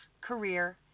career